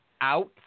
out